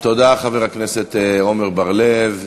תודה, חבר הכנסת עמר בר-לב.